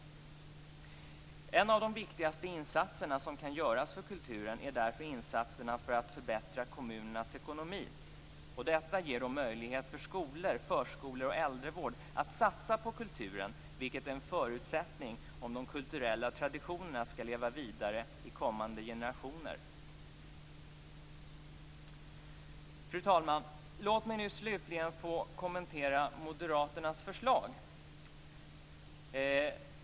Några av de viktigaste insatser som kan göras för kulturen är därför insatser för att förbättra kommunernas ekonomi. Detta ger möjlighet för skolor, förskolor och äldrevård att satsa på kulturen, vilket är en förutsättning om de kulturella traditionerna skall leva vidare i kommande generationer. Fru talman! Låt mig slutligen få kommentera moderaternas förslag.